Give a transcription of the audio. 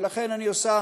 ולכן אני עושה